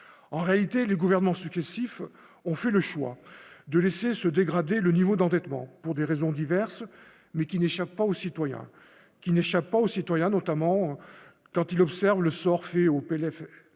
en réalité, les gouvernements successifs ont fait le choix de laisser se dégrader le niveau d'endettement pour des raisons diverses, mais qui n'échappe pas aux citoyens qui n'échappe pas aux citoyens, notamment quand il observe le sort fait au PLF